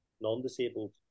non-disabled